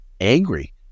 angry